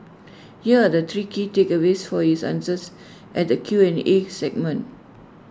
here are the three key takeaways for his answers at the Q and A segment